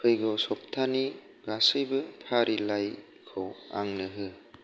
फैगौ सप्तानि गासैबो फारिलाइखौ आंनो हो